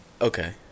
Okay